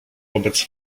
wobec